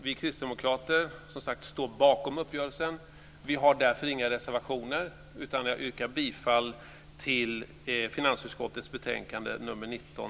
Vi kristdemokrater står, som sagt, bakom uppgörelsen. Vi har därför inga reservationer, utan jag yrkar bifall till hemställan i dess helhet i finansutskottets betänkande nr 19.